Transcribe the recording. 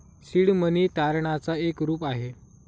seed money तारणाच एक रूप आहे